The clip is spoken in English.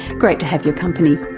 great to have your company,